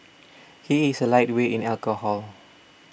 he is a lightweight in alcohol